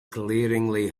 glaringly